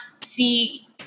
see